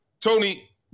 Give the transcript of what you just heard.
Tony